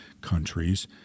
countries